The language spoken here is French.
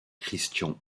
christian